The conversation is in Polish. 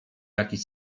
jakiś